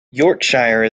yorkshire